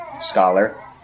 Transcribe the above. scholar